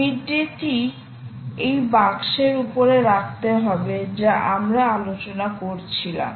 মিডডেটি এই বাক্সের উপরে রাখতে হবে যা আমরা আলোচনা করছিলাম